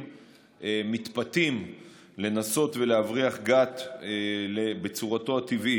מתפתים לנסות להבריח גת בצורתו הטבעית,